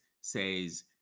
says